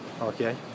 Okay